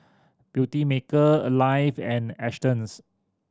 Beautymaker Alive and Astons